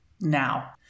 now